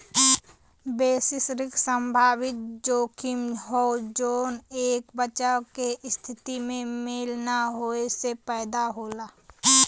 basis risk संभावित जोखिम हौ जौन एक बचाव के स्थिति में मेल न होये से पैदा होला